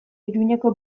iruñeko